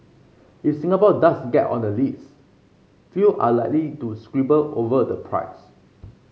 if Singapore does get on the list few are likely to quibble over the price